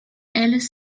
alice